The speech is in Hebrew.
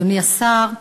אדוני השר,